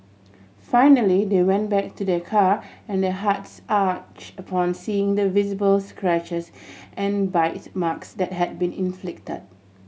finally they went back to their car and their hearts ache upon seeing the visible scratches and bite marks that had been inflicted